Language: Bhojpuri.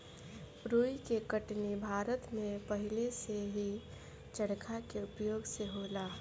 रुई के कटनी भारत में पहिलेही से चरखा के उपयोग से होला